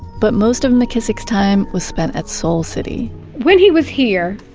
but most of mckissick's time was spent at soul city when he was here,